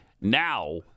Now